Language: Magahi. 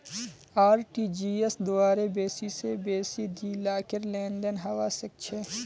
आर.टी.जी.एस द्वारे बेसी स बेसी दी लाखेर लेनदेन हबा सख छ